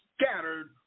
scattered